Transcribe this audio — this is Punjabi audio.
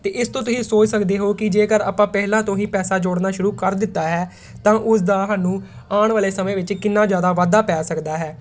ਅਤੇ ਇਸ ਤੋਂ ਤੁਸੀਂ ਸੋਚ ਸਕਦੇ ਹੋ ਕਿ ਜੇਕਰ ਆਪਾਂ ਪਹਿਲਾਂ ਤੋਂ ਹੀ ਪੈਸਾ ਜੋੜਨਾ ਸ਼ੁਰੂ ਕਰ ਦਿੱਤਾ ਹੈ ਤਾਂ ਉਸ ਦਾ ਸਾਨੂੰ ਆਉਣ ਵਾਲੇ ਸਮੇਂ ਵਿੱਚ ਕਿੰਨਾ ਜ਼ਿਆਦਾ ਵਾਧਾ ਪੈ ਸਕਦਾ ਹੈ